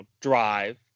drive